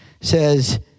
says